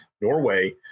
Norway